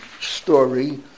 story